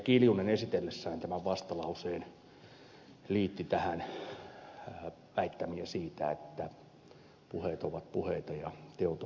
kiljunen esitellessään tämän vastalauseen liitti tähän väittämiä siitä että puheet ovat puheita ja teot ovat tekoja